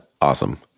awesome